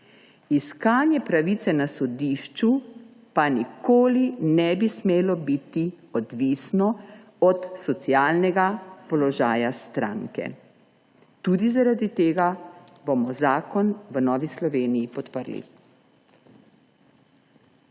iskanje pravice na sodišču pa nikoli ne bi smelo biti odvisno od socialnega položaja stranke. Tudi zaradi tega bomo zakon v Novi Sloveniji podprli.